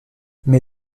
mais